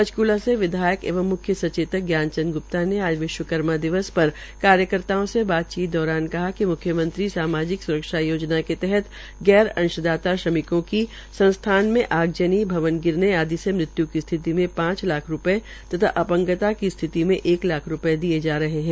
पंचक्ला से विधायक एवं मुख्य सचेतक ज्ञान चंद ग्रुप्ता ने आज विश्वकर्मा दिवस पर कार्यकर्ताओं से बातचीत दौरान कहा िक म्ख्यमंत्री सामाजिक स्रक्षा योजना के तहत गैर अंशदाता श्रमिकों की स्थिति में पांच लाख रूपये तथा अपंगता की स्थिति में एक लाख रूपये दिये जा रहे है